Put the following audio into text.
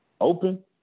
open